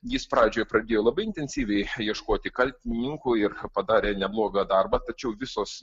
jis pradžioj pradėjo labai intensyviai ieškoti kaltininkų ir padarė neblogą darbą tačiau visos